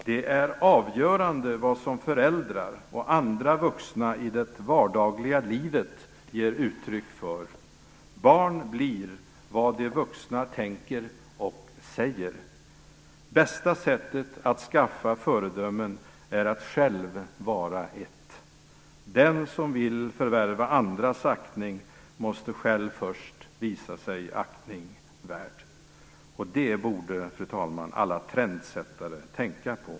Det som föräldrar och andra vuxna i det vardagliga livet ger uttryck för är det avgörande. Barn blir vad de vuxna tänker och säger. Det bästa sättet att skaffa föredömen är att själv vara ett. Den som vill förvärva andras aktning måste själv först visa sig aktning värd. Det borde alla trendsättare tänka på.